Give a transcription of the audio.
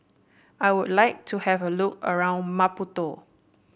I would like to have a look around Maputo